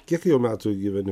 kiek jau metų gyveni